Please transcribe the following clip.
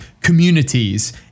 communities